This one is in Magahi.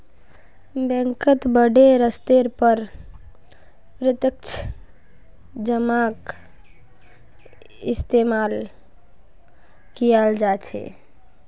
बैंकत बडे स्तरेर पर प्रत्यक्ष जमाक इस्तेमाल कियाल जा छे